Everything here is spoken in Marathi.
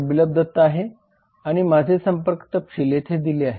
बिप्लब दत्ता आहे आणि माझे संपर्क तपशील येथे दिले आहे